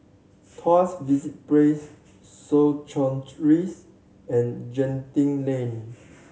Tuas Place Soo Chow Rise and Genting Lane